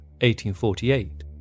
1848